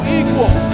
equal